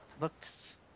looked